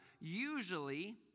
Usually